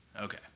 Okay